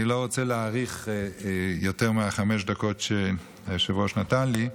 אני לא רוצה להאריך יותר מחמש הדקות שהיושב-ראש נתן לי,